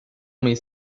mayıs